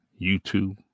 YouTube